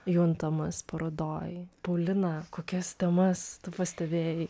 juntamas parodoj paulina kokias temas tu pastebėjai